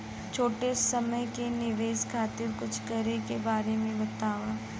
छोटी समय के निवेश खातिर कुछ करे के बारे मे बताव?